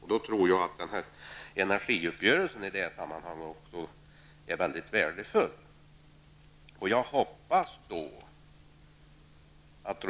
Jag tror att energiuppgörelsen är mycket värdefull i det sammanhanget.